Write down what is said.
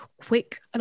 quick